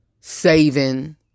saving